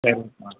சரிப்பா